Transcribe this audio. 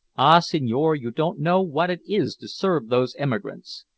ah, signore, you don't know what it is to serve those emigrants!